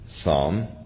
Psalm